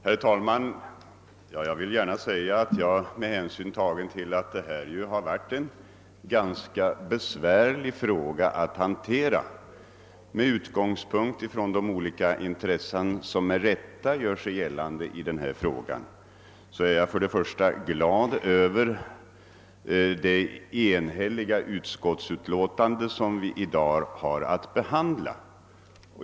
Herr talman! Jag vill gärna säga att jag med hänsyn tagen till att detta har varit en ganska besvärlig fråga att ta ställning till är glad över det enhälliga utskottsutlåtande som vi i dag har att behandla.